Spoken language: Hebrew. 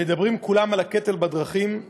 מדברים כולם על הקטל בדרכים.